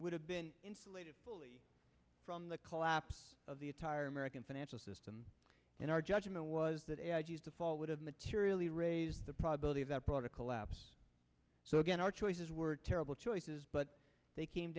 would have been insulated from the collapse of the entire american financial system and our judgment was that i'd use the fall would have materially raised the probability of that brought a collapse so again our choices were terrible choices but they came